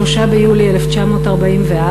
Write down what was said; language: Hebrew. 3 ביולי 1944,